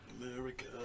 America